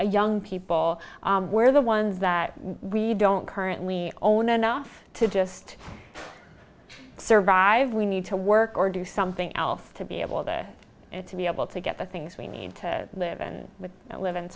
young people were the ones that we don't currently own enough to just survive we need to work or do something else to be able to and to be able to get the things we need to live and live and